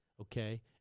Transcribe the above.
okay